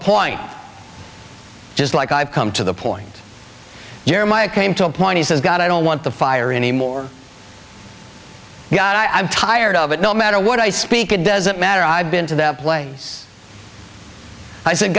point just like i've come to the point jeremiah came to a point he says god i don't want the fire anymore god i'm tired of it no matter what i speak it doesn't matter i've been to the plains i said